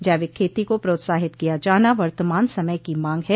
जैविक खेती को प्रोत्साहित किया जाना वर्तमान समय की मांग है